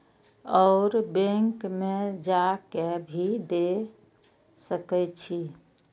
और बैंक में जा के भी दे सके छी?